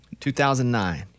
2009